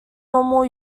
normal